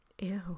Ew